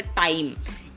time